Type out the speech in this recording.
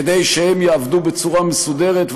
כדי שהם יעבדו בצורה מסודרת,